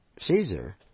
Caesar